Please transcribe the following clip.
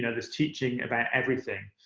yeah there's teaching about everything.